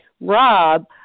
Rob